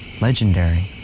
legendary